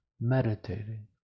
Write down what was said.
meditating